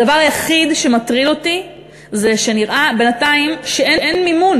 הדבר היחיד שמטריד אותי זה שנראה בינתיים שאין מימון